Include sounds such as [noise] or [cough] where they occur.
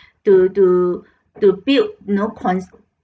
to to [breath] to build you know con~